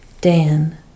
Dan